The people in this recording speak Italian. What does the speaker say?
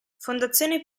fondazione